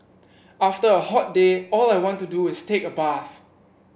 after a hot day all I want to do is take a bath